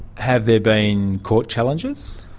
have there been court challenges?